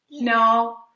No